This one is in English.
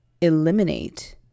eliminate